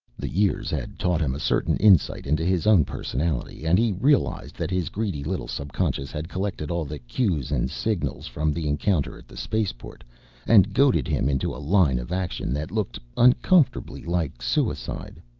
the years had taught him a certain insight into his own personality and he realized that his greedy little subconscious had collected all the cues and signals from the encounter at the spaceport and goaded him into a line of action that looked uncomfortably like suicide.